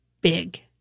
big